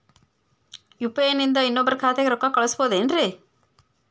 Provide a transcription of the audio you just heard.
UPI ನಿಂದ ಇನ್ನೊಬ್ರ ಖಾತೆಗೆ ರೊಕ್ಕ ಕಳ್ಸಬಹುದೇನ್ರಿ?